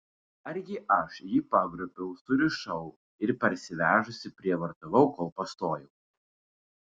argi aš jį pagrobiau surišau ir parsivežusi prievartavau kol pastojau